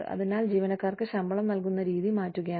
അതിനാൽ ജീവനക്കാർക്ക് ശമ്പളം നൽകുന്ന രീതി മാറ്റുകയാണ്